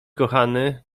kochany